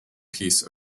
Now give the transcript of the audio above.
piece